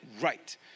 right